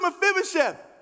Mephibosheth